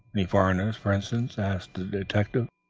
any foreigner, for instance? asked the detective.